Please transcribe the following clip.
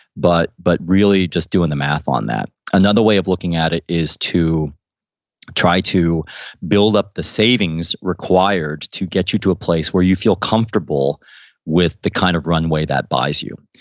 but but really just doing the math on that another way of looking at it is to try to build up the savings required to get you to a place where you feel comfortable with the kind of runway that buys you.